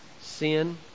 sin